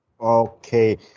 Okay